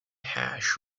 hash